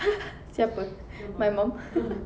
siapa my mum